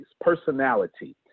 personality